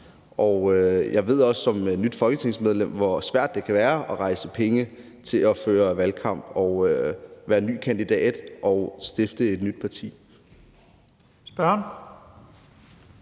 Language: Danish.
Jeg ved også som nyt folketingsmedlem, hvor svært det kan være at rejse penge til at føre valgkamp og være en ny kandidat og stifte et nyt parti.